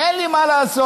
אין לי מה לעשות.